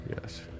Yes